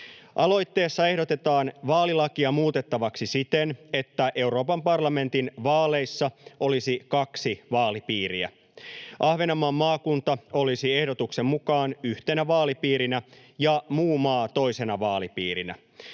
Aloitteessa ehdotetaan vaalilakia muutettavaksi siten, että Euroopan parlamentin vaaleissa olisi kaksi vaalipiiriä. Ahvenanmaan maakunta olisi ehdotuksen mukaan yhtenä vaalipiirinä ja muu maa toisena vaalipiirinä.